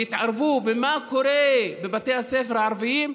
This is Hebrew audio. יתערבו במה שקורה בבתי הספר הערביים?